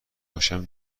باشم